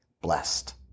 blessed